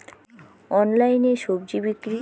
অনলাইনে স্বজি বিক্রি?